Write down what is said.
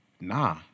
nah